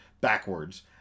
backwards